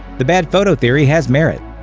the bad photo theory has merit.